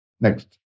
Next